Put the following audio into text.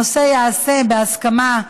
הנושא ייעשה בהסכמה,